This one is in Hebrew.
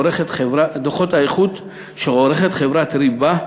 האיכות שעורכת חברת "ריבה"